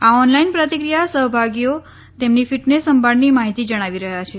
આ ઓનલાઈન પ્રતિક્રિયા સહભાગીઓ તેમની ફિટનેસ સંભાળની માહિતી જણાવી રહ્યા છે